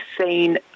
seen